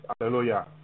Hallelujah